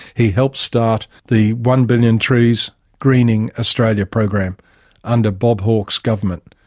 he helped start the one billion trees greening australia programme under bob hawke's government,